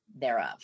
thereof